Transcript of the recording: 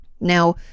Now